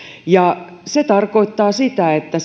ja se tarkoittaa sitä että